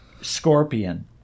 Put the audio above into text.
scorpion